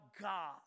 God